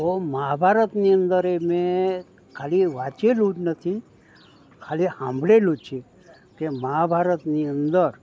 તો મહાભારતની અંદર એ મેં ખાલી વાંચેલું જ નથી ખાલી સાંભળેલું છે કે મહાભારતની અંદર